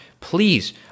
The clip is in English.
please